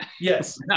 Yes